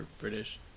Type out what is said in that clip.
British